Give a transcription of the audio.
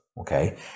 Okay